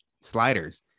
sliders